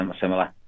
similar